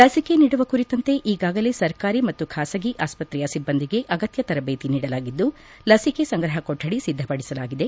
ಲಸಿಕೆ ನೀಡುವ ಕುರಿತಂತೆ ಈಗಾಗಲೇ ಸರ್ಕಾರಿ ಮತ್ತು ಖಾಸಗಿ ಆಸ್ತಕ್ಷೆಯ ಸಿಬ್ಬಂದಿಗೆ ಅಗತ್ಯ ತರಬೇತಿ ನೀಡಲಾಗಿದ್ದು ಲಸಿಕೆ ಸಂಗ್ರಹ ಕೊಠಡಿ ಸಿದ್ದಪಡಿಸಲಾಗಿದೆ